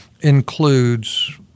includes